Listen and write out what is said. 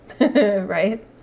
right